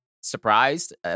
surprised